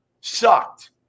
sucked